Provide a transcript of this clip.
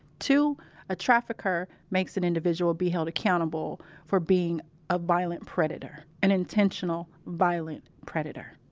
two a trafficker makes an individual be held accountable for being a violent predator, an intentional violent predator.